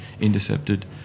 intercepted